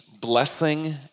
blessing